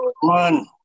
one